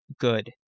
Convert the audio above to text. good